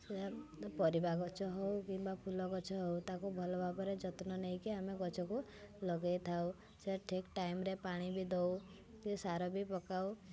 ପରିବା ଗଛ ହଉ କିମ୍ବା ଫୁଲଗଛ ହଉ ତାକୁ ଭଲଭାବରେ ଯତ୍ନ ନେଇକି ଆମେ ଗଛକୁ ଲଗାଇଥାଉ ସେ ଠିକ୍ ଟାଇମ୍ରେ ପାଣି ବି ଦେଉ ସାର ବି ପକାଉ